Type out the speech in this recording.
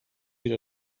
bir